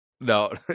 No